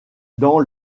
dans